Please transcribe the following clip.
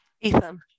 Ethan